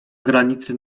granicy